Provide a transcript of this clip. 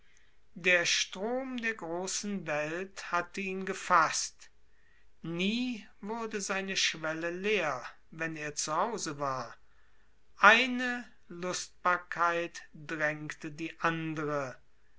der strom der großen welt hatte ihn gefaßt nie wurde seine schwelle leer wenn er zu hause war eine lustbarkeit drängte die andre